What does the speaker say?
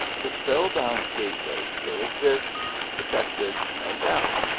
the spell-bound gateway still exists, protect ed, no doubt,